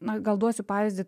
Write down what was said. na gal duosiu pavyzdį